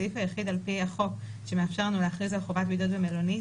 הסעיף היחיד על פי החוק שמאפשר לנו להכריז על חובת בידוד במלונית,